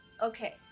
Okay